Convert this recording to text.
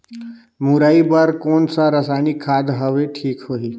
मुरई बार कोन सा रसायनिक खाद हवे ठीक होही?